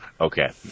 Okay